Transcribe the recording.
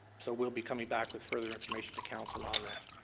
so we'll be coming back with further information to council on that.